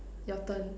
your turn